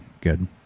Good